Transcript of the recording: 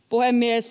puhemies